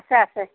আছে আছে